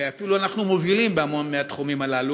ואנחנו אפילו מובילים בהמון מהתחומים הללו.